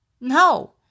No